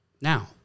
now